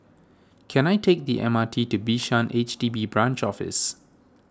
can I take the M R T to Bishan H D B Branch Office